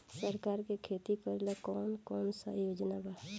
सरकार के खेती करेला कौन कौनसा योजना बा?